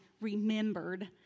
remembered